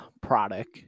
product